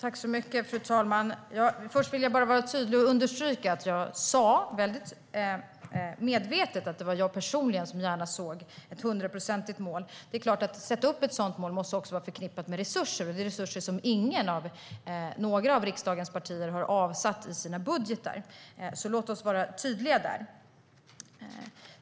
Fru talman! Jag vill vara tydlig och understryka att jag medvetet sa att det är jag personligen som gärna skulle se ett 100-procentigt mål. Ett sådant mål måste självklart också vara förknippat med resurser, men det är resurser som inga av riksdagens partier avsatt i sina budgetar. Låt oss vara tydliga där!